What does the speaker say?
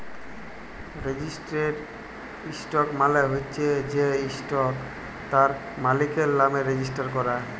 registered stock মালে হচ্যে যে ইসটকট তার মালিকের লামে রেজিস্টার ক্যরা